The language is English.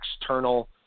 external